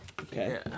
Okay